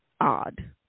odd